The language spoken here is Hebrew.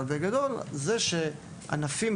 אבל בגדול יש הסמכות